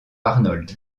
arnold